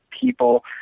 people